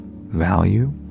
Value